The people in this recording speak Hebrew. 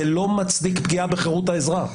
זה לא מצדיק פגיעה בחירות האזרח.